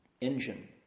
engine